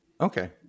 Okay